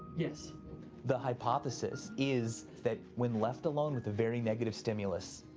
yes the hypothesis is that when left alone with a very negative stimulus,